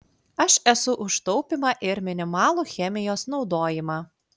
aš esu už taupymą ir minimalų chemijos naudojimą